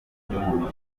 miryango